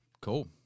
Cool